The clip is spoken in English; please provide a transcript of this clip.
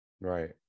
right